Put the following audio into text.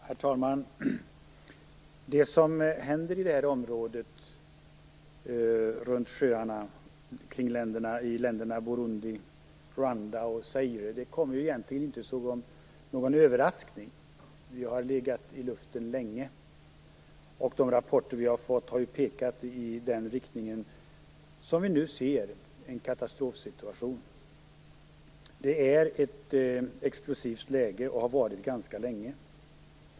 Herr talman! Det som händer i detta område runt sjöarna, i länderna Burundi, Rwanda och Zaire, kommer egentligen inte som någon överraskning. Det har legat i luften länge. De rapporter vi har fått har pekat i riktning mot den katastrofsituation som vi nu ser. Läget är explosivt, och har varit det ganska länge.